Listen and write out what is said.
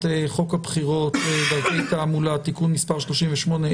חוק הבחירות (דרכי תעמולה) (תיקון מס' 38),